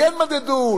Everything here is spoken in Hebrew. כן מדדו,